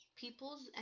People's